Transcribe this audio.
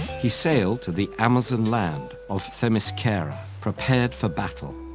he sailed to the amazon land of themyscira prepared for battle,